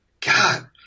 God